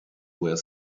were